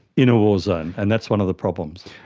in a war zone, and that's one of the problems.